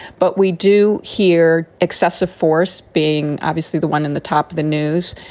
but we do hear excessive force being obviously the one in the top of the news,